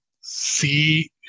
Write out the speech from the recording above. see